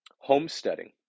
homesteading